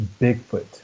Bigfoot